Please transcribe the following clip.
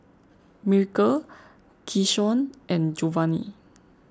Miracle Keyshawn and Jovani